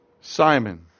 Simon